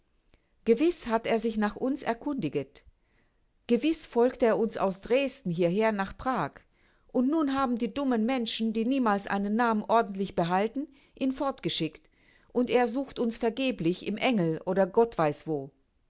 gewiß hat er sich nach uns erkundiget gewiß folgte er uns aus dresden hierher nach prag und nun haben die dummen menschen die niemals einen namen ordentlich behalten ihn fortgeschickt und er sucht uns vergeblich im engel oder gott weiß wo